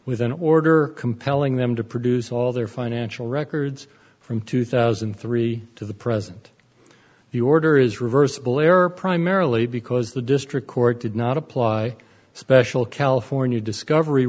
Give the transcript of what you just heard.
with an order compelling them to produce all their financial records from two thousand and three to the present the order is reversible error primarily because the district court did not apply special california discovery